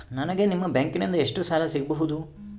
ನನಗ ನಿಮ್ಮ ಬ್ಯಾಂಕಿನಿಂದ ಎಷ್ಟು ಸಾಲ ಸಿಗಬಹುದು?